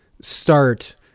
start